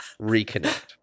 reconnect